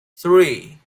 three